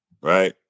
Right